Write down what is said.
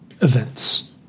events